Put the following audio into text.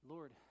Lord